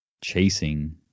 chasing